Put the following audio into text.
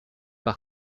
par